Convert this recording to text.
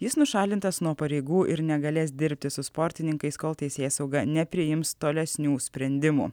jis nušalintas nuo pareigų ir negalės dirbti su sportininkais kol teisėsauga nepriims tolesnių sprendimų